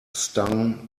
stung